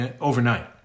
overnight